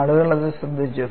ആളുകൾ അത് ശ്രദ്ധിച്ചു